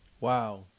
Wow